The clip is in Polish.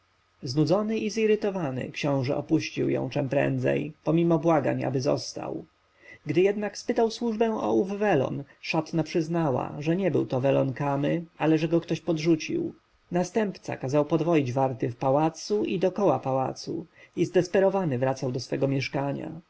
znudzony i zirytowany książę opuścił ją czem prędzej pomimo błagań aby został gdy jednak spytał służbę o ów welon szatna przyznała że to nie był welon kamy ale że go ktoś podrzucił następca kazał podwoić warty w pałacu i dokoła pałacu i zdesperowany wracał do swego mieszkania